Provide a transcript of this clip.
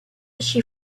she